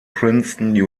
princeton